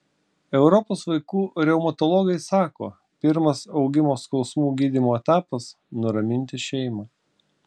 europos vaikų reumatologai sako pirmas augimo skausmų gydymo etapas nuraminti šeimą